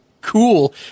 cool